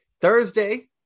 Thursday